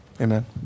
amen